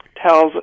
tells